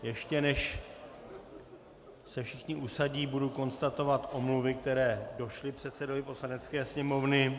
Ještě než se všichni usadí, budu konstatovat omluvy, které došly předsedovi Poslanecké sněmovny.